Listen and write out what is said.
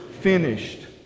finished